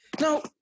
No